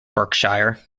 berkshire